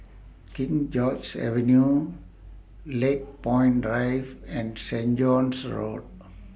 King George's Avenue Lakepoint Drive and Saint John's Road